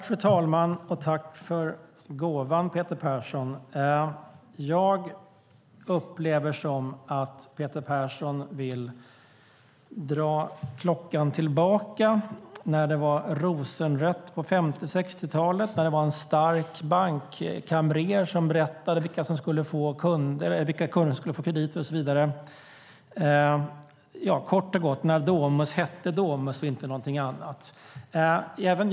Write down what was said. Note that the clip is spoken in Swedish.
Fru talman! Tack för gåvan, Peter Persson! Jag upplever det som att Peter Persson vill dra klockan tillbaka till 50 och 60-talet, när det var rosenrött och det var en stark bankkamrer som berättade vilka kunder som skulle få krediter, när Domus hette Domus och inte någonting annat, och så vidare.